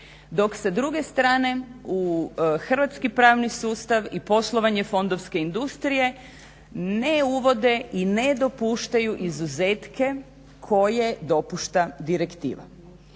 dok sa druge strane u hrvatski pravni sustav i poslovanje fondovske industrije ne uvode i ne dopuštaju izuzetke koje dopušta direktiva.